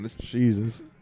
Jesus